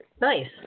Nice